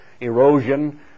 erosion